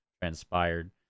transpired